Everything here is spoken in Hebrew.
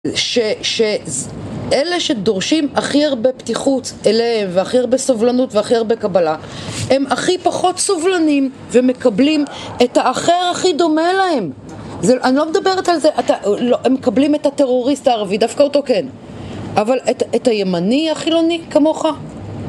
שאלה שדורשים הכי הרבה פתיחות אליהם, והכי הרבה סובלנות, והכי הרבה קבלה, הם הכי פחות סובלנים ומקבלים את האחר הכי דומה להם, אני לא מדברת על זה, הם מקבלים את הטרוריסט הערבי, דווקא אותו כן אבל את הימני החילוני כמוך